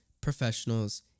professionals